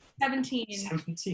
Seventeen